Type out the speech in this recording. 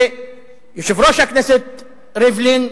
ביושב-ראש הכנסת ריבלין,